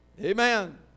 Amen